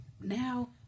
Now